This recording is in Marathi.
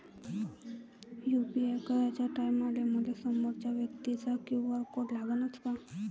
यू.पी.आय कराच्या टायमाले मले समोरच्या व्यक्तीचा क्यू.आर कोड लागनच का?